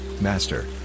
master